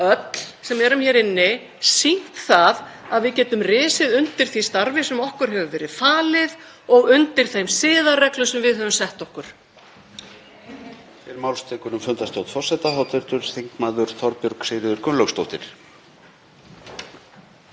öll sem erum hér inni sýnt að við getum risið undir því starfi sem okkur hefur verið falið og undir þeim siðareglum sem við höfum sett okkur.